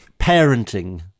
Parenting